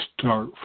start